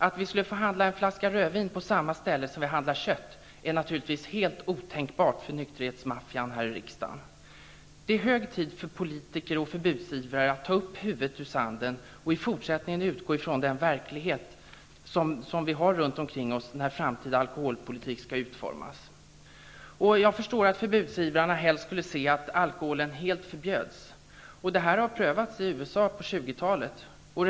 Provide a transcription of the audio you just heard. Att handla en flaska rödvin på samma ställe som vi handlar kött är naturligtvis helt otänkbart för nykterhetsmaffian här i riksdagen. Det är hög tid för politiker och förbudsivrare att ta upp huvudet ur sanden och i fortsättningen utgå från den verklighet som omger oss när den framtida alkoholpolitiken skall utformas. Jag förstår att förbudsivrarna helst skulle se att alkoholen helt förbjuds, vilket prövades på 20-talet i USA.